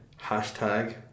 Hashtag